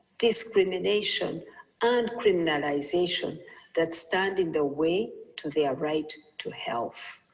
discrimination and criminalisation that stand in the way to their right to health.